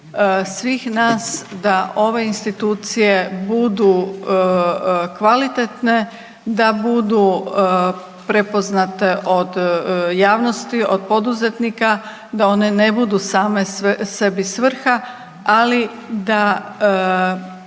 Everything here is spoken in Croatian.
svih nas da ove institucije budu kvalitetne, da budu prepoznate od javnosti, od poduzetnika da one ne budu same sebi svrha, ali da